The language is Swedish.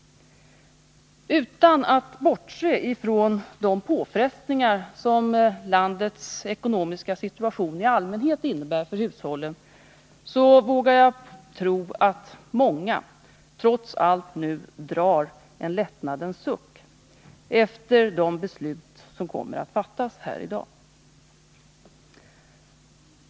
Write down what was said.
Utan att bortse från de påfrestningar som landets ekonomiska situation i allmänhet innebär för hushållen vågar jag tro att många trots allt nu drar en lättnadens suck efter de beslut som kommer att fattas här i dag.